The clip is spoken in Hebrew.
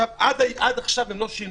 עד עכשיו זה לא השתנה.